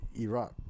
Iraq